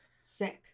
Sick